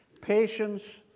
patience